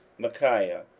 micaiah,